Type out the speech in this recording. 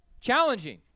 challenging